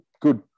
good